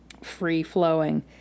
free-flowing